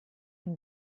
den